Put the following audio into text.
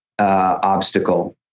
obstacle